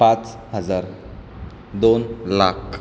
पाच हजार दोन लाख